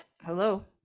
hello